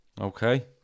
okay